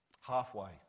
Halfway